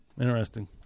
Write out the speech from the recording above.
Interesting